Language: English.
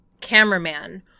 cameraman